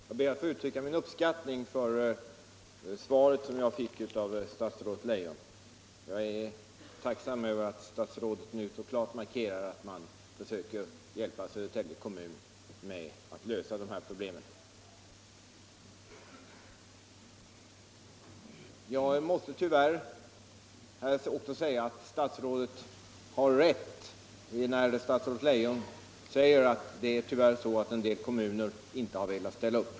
Fru talman! Jag ber att få uttrycka min uppskattning över det svar som jag fick av statsrådet Leijon. Jag är tacksam för att statsrådet så klart markerar att man försöker hjälpa Södertälje kommun att lösa problemet. Tyvärr måste jag också säga att statsrådet har rätt när hon säger att en del kommuner inte har velat ställa upp.